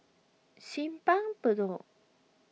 Simpang Bedok